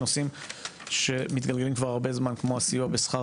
נושאים שמתגלגלים כבר הרבה זמן כמו הסיוע בשכר